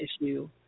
issue